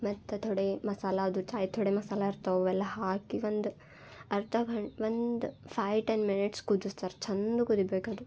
ಮತ್ತೆ ಥೊಡೇ ಮಸಾಲೆ ಅದು ಚಾಯ್ ಥೊಡೆ ಮಸಾಲೆ ಇರ್ತವೆ ಅವೆಲ್ಲ ಹಾಕಿ ಒಂದು ಅರ್ಧ ಘಣ್ ಒಂದ್ ಫೈ ಟೆನ್ ಮಿನಿಟ್ಸ್ ಕುದಸ್ತಾರೆ ಚಂದ ಕುದಿಬೇಕದು